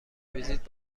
ویزیت